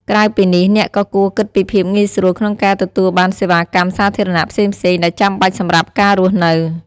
ក្រៅពីនេះ អ្នកក៏គួរគិតពីភាពងាយស្រួលក្នុងការទទួលបានសេវាកម្មសាធារណៈផ្សេងៗ ដែលចាំបាច់សម្រាប់ការរស់នៅ។